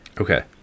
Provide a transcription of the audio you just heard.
Okay